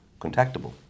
contactable